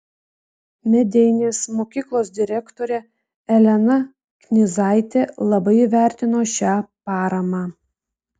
medeinės mokyklos direktorė elena knyzaitė labai įvertino šią paramą